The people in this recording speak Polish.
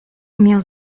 miał